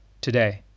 Today